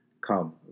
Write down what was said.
Come